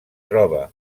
trobe